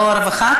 לא רווחה?